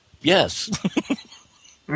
yes